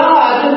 God